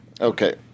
okay